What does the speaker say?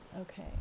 Okay